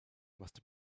must